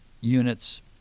units